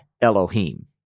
Elohim